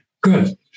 Good